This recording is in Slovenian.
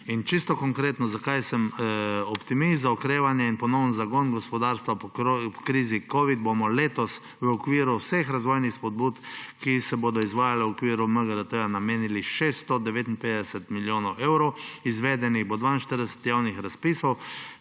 Čisto konkretno, zakaj sem optimist. Za okrevanje in ponoven zagon gospodarstva po krizi covid bomo letos v okviru vseh razvojnih spodbud, ki se bodo izvajale v okviru MGRT, namenili 659 milijonov evrov. Izvedenih bo 42 javnih razpisov,